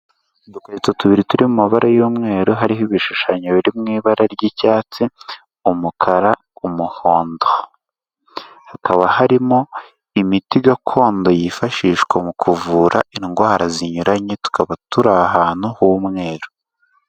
Utumenyetso tubiri turi mu mabara y'umweru, hariho ibishushanyo biri mu ibara ry'icyatsi, umukara, umuhondo. Hakaba harimo imiti gakondo yifashishwa mu kuvura indwara zinyuranye; tukaba turi ahantu h'umweru.